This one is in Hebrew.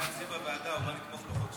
הוא היה אצלי בוועדה, הוא בא לתמוך בחוק שלי.